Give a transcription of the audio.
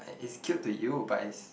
it is cute to you but is